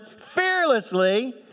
fearlessly